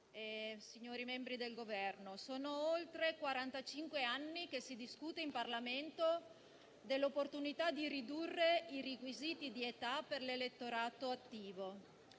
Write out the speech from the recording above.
signori membri del Governo, sono oltre quarantacinque anni che si discute in Parlamento dell'opportunità di ridurre i requisiti di età per l'elettorato attivo.